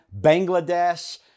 Bangladesh